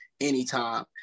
anytime